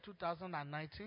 2019